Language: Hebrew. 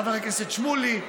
חבר הכנסת שמולי,